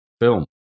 film